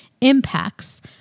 impacts